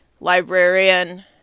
librarian